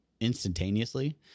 instantaneously